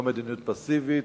לא מדיניות פסיבית,